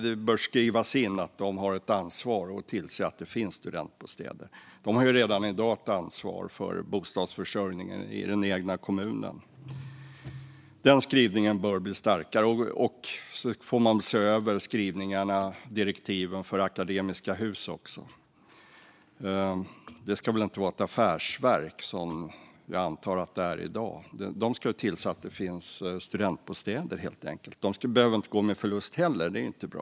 Det bör skrivas in att de har ett ansvar att tillse att det finns studentbostäder. De har redan i dag ett ansvar för bostadsförsörjningen i den egna kommunen. Den skrivningen bör bli starkare. Sedan får man se över skrivningarna och direktiven också för Akademiska Hus. Det ska väl inte vara ett affärsverk, som jag antar att det är i dag. Det ska tillse att det finns studentbostäder, helt enkelt. Det behöver inte heller gå med förlust. Det är inte bra.